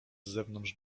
zewnątrz